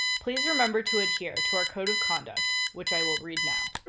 please remember to adhere to our code of conduct, which i will read now.